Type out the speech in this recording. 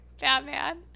Batman